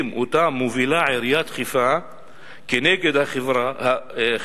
שאותם מובילה עיריית חיפה כנגד 'חיפה